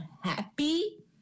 happy